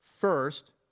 First